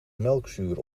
melkzuur